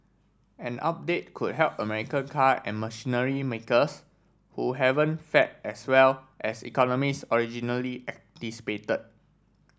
an update could help American car and machinery makers who haven't fared as well as economists originally anticipated